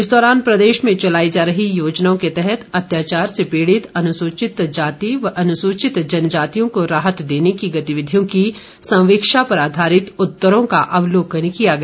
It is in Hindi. इस दौरान प्रदेश में चलाई जा रही योजनाओं के तहत अत्याचार से पीड़ित अनुसूचितजाति व अनुसूचित जनजातियों को राहत देने की गतिविधियों की संवीक्षा पर आधारित उत्तर का अवलोकन किया गया